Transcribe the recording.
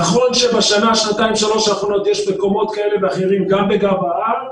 נכון שבשנה-שנתיים-שלוש האחרונות יש מקומות כאלה ואחרים גם בגב ההר,